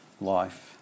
life